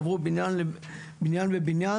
עברו בנין-בניין,